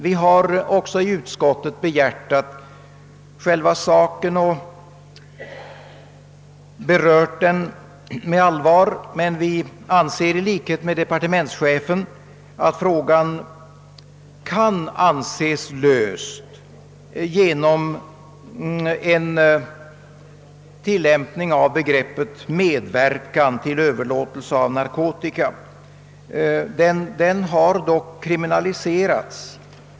Vi har också i utskottet behjärtat själva saken och behandlat den med allvar, men vi anser i likhet med departements chefen att frågan kan anses löst genom att man börjar tillämpa begreppet medverkan till överlåtelse av narkotika. Sädan medverkan har dock nu kriminaliserats.